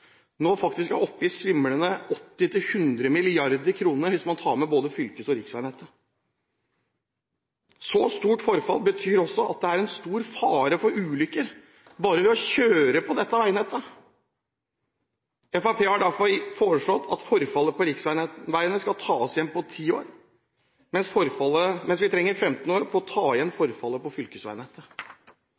nå, hvis man tar med både fylkes- og riksveinettet. Så stort forfall betyr også at det er en stor fare for ulykker bare ved å kjøre på dette veinettet. Fremskrittspartiet har derfor foreslått at forfallet på riksveiene skal tas igjen på 10 år, mens vi trenger 15 år på å ta igjen forfallet på fylkesveinettet.